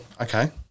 Okay